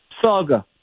Saga